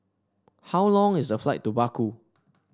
how long is the flight to Baku